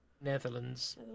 Netherlands